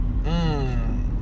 Mmm